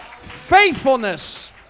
faithfulness